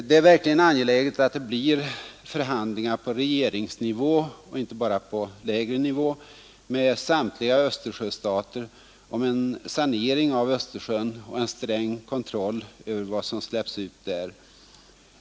Det är verkligen angeläget att det blir förhandlingar på regeringsnivå och inte bara på lägre nivå med samtliga Östersjöstater om en sanering av Östersjön och en sträng kontroll över vad som släpps ut där.